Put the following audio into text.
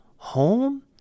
Home